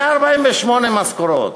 148 משכורות,